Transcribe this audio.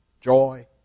joy